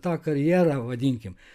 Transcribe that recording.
tą karjerą vadinkim